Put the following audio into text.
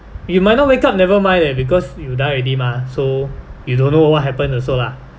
you might not make up never mind leh because you die already mah so you don't know what happen also lah